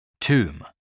tomb